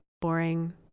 boring